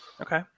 okay